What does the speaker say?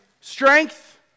Strength